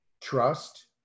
trust